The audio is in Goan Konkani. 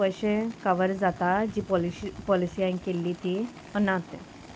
पयशे कवर जाता जी पॉलिशी पॉलिसी हांयें केल्ली ती ओ ना ते